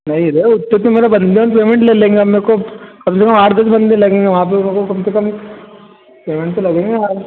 नहीं भाई उतने पर मेरा में पेमेंट ले लेंगे अब मेरे को कम से कम आठ दस बंदे लगेंगे वहाँ पर मेरे को कम से कम लगेंगे